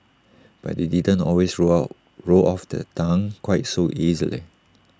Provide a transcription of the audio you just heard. but IT didn't always roll roll off her tongue quite so easily